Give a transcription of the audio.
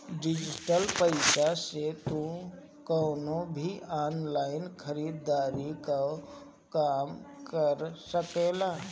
digital पईसा से तू कवनो भी ऑनलाइन खरीदारी कअ काम कर सकेला